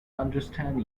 understand